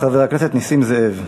חבר הכנסת נסים זאב.